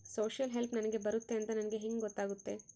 Social help ನನಗೆ ಬರುತ್ತೆ ಅಂತ ನನಗೆ ಹೆಂಗ ಗೊತ್ತಾಗುತ್ತೆ?